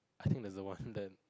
I think that's the one there